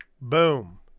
boom